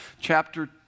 chapter